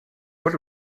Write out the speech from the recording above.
what